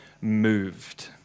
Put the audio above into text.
moved